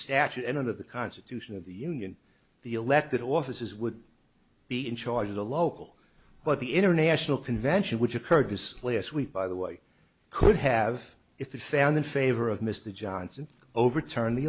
of the constitution of the union the elected offices would be in charge of the local but the international convention which occurred just last week by the way could have if they found in favor of mr johnson overturn the